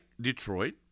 Detroit